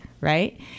right